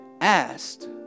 asked